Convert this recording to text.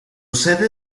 sede